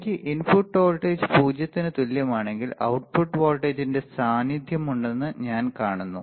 എനിക്ക് input voltage 0 ന് തുല്യമാണെങ്കിൽ output വോൾട്ടേജിന്റെ സാന്നിധ്യമുണ്ടെന്ന് ഞാൻ കാണുന്നു